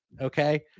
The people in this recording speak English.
okay